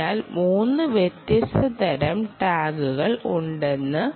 അതിനാൽ 3 വ്യത്യസ്ത തരം ടാഗുകൾ ഉണ്ടെന്ന്